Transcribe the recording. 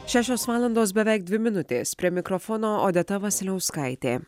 šešios valandos beveik dvi minutės prie mikrofono odeta vasiliauskaitė